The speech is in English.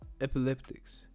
epileptics